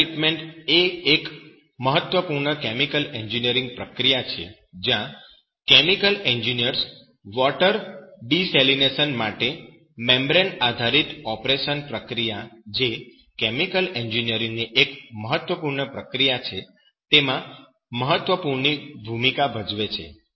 water treatment એ એક મહત્વપૂર્ણ કેમિકલ એન્જિનિયરીંગ પ્રક્રિયા છે જ્યાં કેમિકલ એન્જિનિયર્સ વૉટર ડિસેલીનેશન માટે મેમ્બરેન આધારિત સેપરેશન પ્રક્રિયા જે કેમિકલ એન્જિનિયરીંગની એક મહત્વપૂર્ણ પ્રક્રિયા છે તેમાં મહત્વપૂર્ણ ભૂમિકા ભજવે છે